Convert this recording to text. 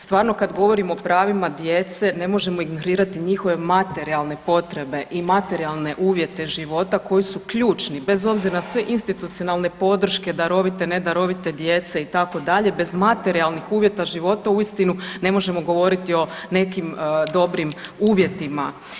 Stvarno kad govorimo o pravima djece ne možemo ignorirati njihove materijalne potrebe i materijalne uvjete života koji su ključni bez obzira na sve institucionalne podrške darovite, ne darovite djece itd. bez materijalnih uvjeta života uistinu ne možemo govoriti o nekim dobrim uvjetima.